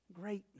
greatness